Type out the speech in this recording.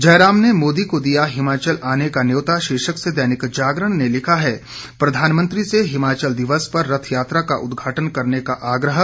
जयराम ने मोदी को दिया हिमाचल आने का न्योता शीर्षक से दैनिक जागरण ने लिखा है प्रधानमंत्री से हिमाचल दिवस पर रथयात्रा का उद्घाटन करने का आग्रह